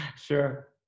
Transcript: Sure